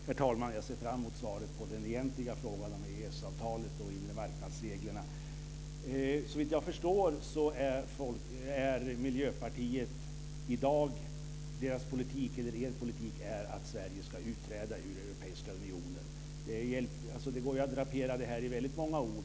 Herr talman! Jag ser fram emot svaret på den egentliga frågan om EES-avtalet och inre marknadsreglerna. Såvitt jag förstår är Miljöpartiets politik i dag att Sverige ska utträda ur Europeiska unionen. Det går att drapera det i väldigt många ord.